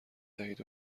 دهید